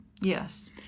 Yes